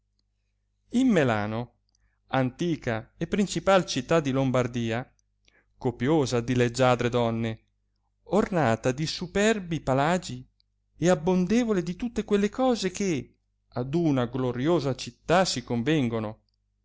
melano antica e principal città di lombardia copiosa di leggiadre donne ornata di superbi palagi e abbondevole di tutte quelle cose che ad una gloriosa città si convengono